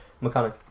Mechanic